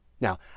Now